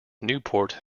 newport